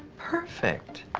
perfect.